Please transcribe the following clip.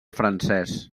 francès